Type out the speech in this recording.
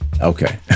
Okay